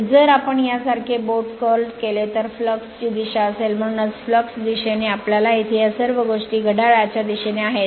आणि जर आपण यासारखे बोट कर्ल केले तर फ्लक्स ची दिशा असेल म्हणूनच फ्लक्स दिशेने आपल्याला येथे या सर्व गोष्टी घड्याळाच्या दिशेने आहेत